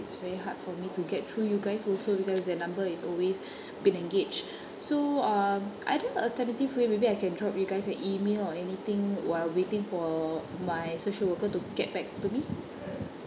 it's very hard for me to get through you guys also because the number is always been engaged so um are there alternative way maybe I can drop you guys an email or anything while waiting for my social worker to get back to me